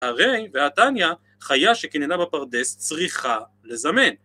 ‫הרי ועתניה, חיה שכננה בפרדס, ‫צריכה לזמן.